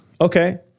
Okay